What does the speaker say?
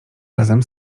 razem